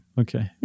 Okay